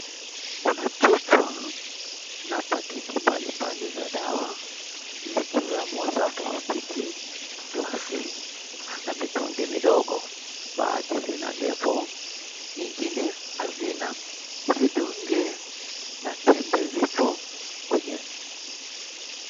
Kuna chupa na pakiti mbali mbali za dawa zikiwemo za plastiki, glasi na mitungi midogo. Baadhi zina lebo, nyingine hazina. Vidonge na tembe zipo kwenye...